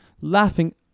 laughing